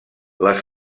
les